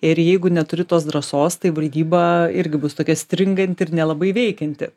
ir jeigu neturi tos drąsos tai valdyba irgi bus tokia stringanti ir nelabai veikianti